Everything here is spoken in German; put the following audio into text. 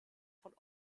von